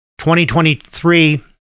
2023